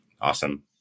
Awesome